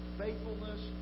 faithfulness